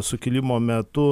sukilimo metu